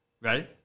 Ready